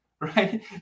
right